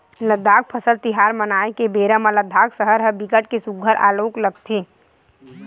लद्दाख फसल तिहार मनाए के बेरा म लद्दाख सहर ह बिकट के सुग्घर घलोक लगथे